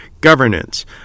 governance